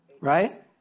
right